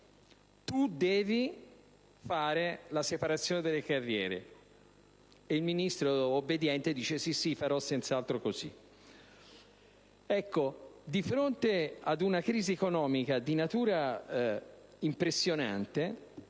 «Tu devi fare la separazione delle carriere»; e il Ministro, obbediente, gli risponde: «Sì, sì, farò senz'altro così». Ecco, di fronte a una crisi economica di natura impressionante,